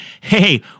Hey